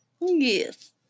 Yes